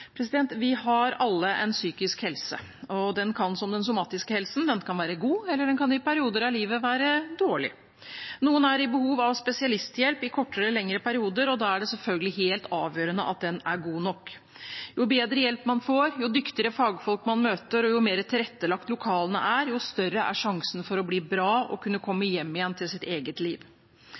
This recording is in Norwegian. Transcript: Vi har alle en psykisk helse, og den kan, som den somatiske helsen, være god, eller den kan i perioder av livet være dårlig. Noen har behov for spesialisthjelp i kortere eller lengre perioder, og da er det selvfølgelig helt avgjørende at den er god nok. Jo bedre hjelp man får, jo dyktigere fagfolk man møter, og jo mer tilrettelagt lokalene er, jo større er sjansen for å bli bra og kunne komme hjem igjen til sitt eget liv.